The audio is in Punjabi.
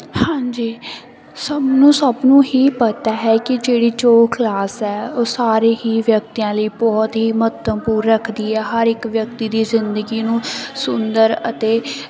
ਹਾਂਜੀ ਸਾਨੂੰ ਸਭ ਨੂੰ ਹੀ ਪਤਾ ਹੈ ਕਿ ਜਿਹੜੀ ਯੋਗ ਕਲਾਸ ਹੈ ਉਹ ਸਾਰੇ ਹੀ ਵਿਅਕਤੀਆਂ ਲਈ ਬਹੁਤ ਹੀ ਮਹੱਤਵਪੂਰਨ ਰੱਖਦੀ ਹੈ ਹਰ ਇੱਕ ਵਿਅਕਤੀ ਦੀ ਜ਼ਿੰਦਗੀ ਨੂੰ ਸੁੰਦਰ ਅਤੇ